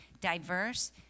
diverse